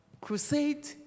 Crusade